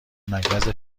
مرکز